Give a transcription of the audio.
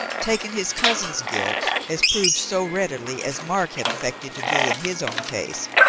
taken his cousin's guilt as proved so readily as mark had affected to do in his own case,